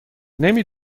نمی